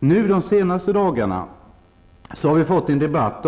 Under de senaste dagarna har vi fått en debatt,